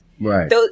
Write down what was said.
Right